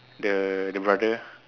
the the brother